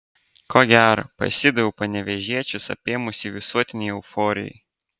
ko gero pasidaviau panevėžiečius apėmusiai visuotinei euforijai